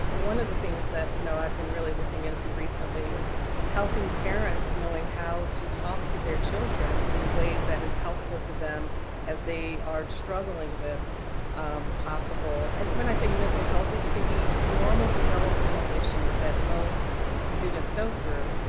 one of the things you know i've been really looking into recently is helping parents knowing how to talk to their children in ways that is helpful to them as they are struggling with possible and when i say mental health, it it can be normal developmental issues that most students go through.